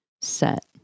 set